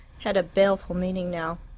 had a baleful meaning now.